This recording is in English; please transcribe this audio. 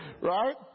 Right